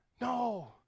No